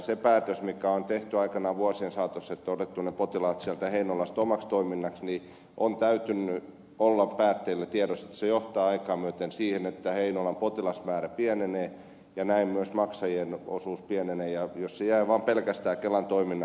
siitä päätöksestä mikä on tehty aikanaan vuosien saatossa että on otettu ne potilaat sieltä heinolasta omaksi toiminnaksi on täytynyt olla päättäjillä tiedossa että se johtaa aikaa myöten siihen että heinolan potilasmäärä pienenee ja näin myös maksajien osuus pienenee ja jos se jää vaan pelkästään kelan toiminnaksi niin kohtalo on selvä